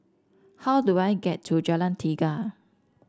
how do I get to Jalan Tiga